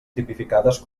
tipificades